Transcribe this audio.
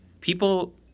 people